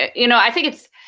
and you know i think it's,